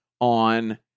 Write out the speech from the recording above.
on